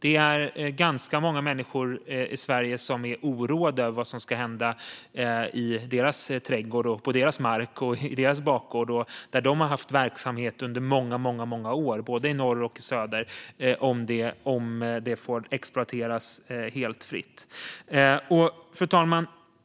Det är ganska många människor både i norr och söder som är oroade över vad som ska hända på de bakgårdar och marker där de har haft verksamhet under många år om dessa fritt får exploateras. Fru talman!